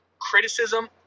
criticism